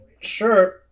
Sure